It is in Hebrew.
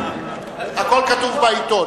הכול כתוב בעיתון.